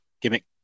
gimmick